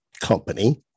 company